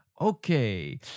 Okay